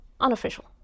unofficial